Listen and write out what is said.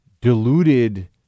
deluded